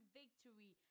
victory